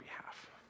behalf